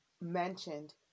mentioned